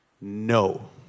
no